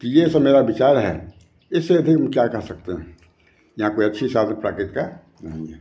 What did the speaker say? तो ये सब मेरा विचार है इससे अधिक हम क्या कह सकते हैं यहाँ कोई अच्छी साधन प्रकृति का नहीं है